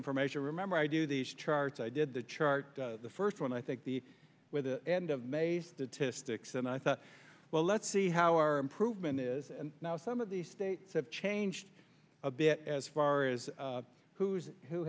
information remember i do these charts i did the chart the first one i think the with the end of may statistics and i thought well let's see how our proven is and now some of the states have changed a bit as far as who's who